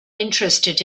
interested